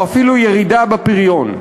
או אפילו ירידה בפריון.